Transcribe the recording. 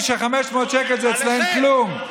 אנשים ש-500 שקל זה אצלם כלום.